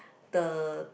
the